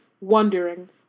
wondering